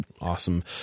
Awesome